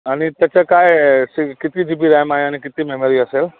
आणि त्याचं काय आहे सी किती जी बी रॅम आहे आणि किती मेमरी असेल